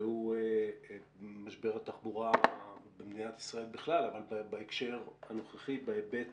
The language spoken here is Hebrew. והוא משבר התחבורה במדינת ישראל בכלל אבל בהקשר הנוכחי בהיבט